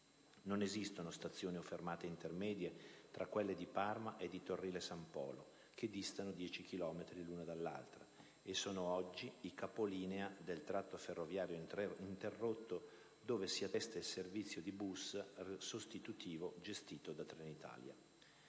Non esistono stazioni o fermate intermedie tra quelle di Parma e di Torrile San Polo, che distano 10 chilometri l'una dall'altra, e sono oggi i capolinea del tratto ferroviario interrotto dove si attesta il servizio di bus sostitutivo gestito da Trenitalia.